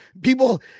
People